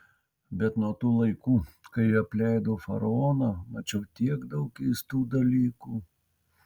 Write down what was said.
bet nuo tų laikų kai apleidau faraoną mačiau tiek daug keistų dalykų